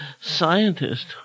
scientist